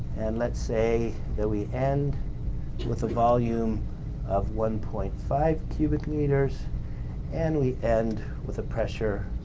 and let's say that we end with a volume of one point five cubic meters and we end with a pressure